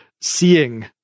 seeing